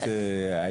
הדיון.